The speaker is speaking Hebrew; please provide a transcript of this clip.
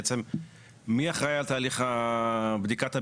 בעצם מי אחראי על תהליך בדיקת המינויים,